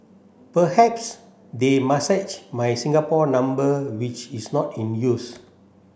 perhaps they messaged my Singapore number which is not in use